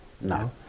No